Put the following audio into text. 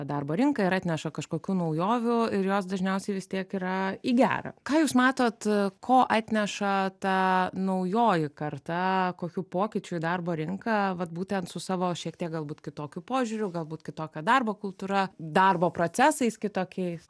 darbo rinką ir atneša kažkokių naujovių ir jos dažniausiai vis tiek yra į gerą ką jūs matot ko atneša ta naujoji karta kokių pokyčių į darbo rinką vat būtent su savo šiek tiek galbūt kitokiu požiūriu galbūt kitokia darbo kultūra darbo procesais kitokiais